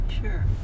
Sure